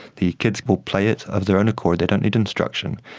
the kids will play it of their own accord, they don't need instruction,